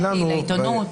לעיתונות.